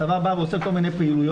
הצבא בא ועושה כל מיני פעילויות,